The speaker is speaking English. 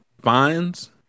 Fines